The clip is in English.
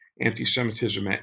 anti-Semitism